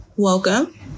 Welcome